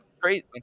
crazy